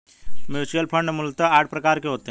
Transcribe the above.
mutual fund मूलतः आठ प्रकार के होते हैं